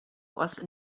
was